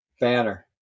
banner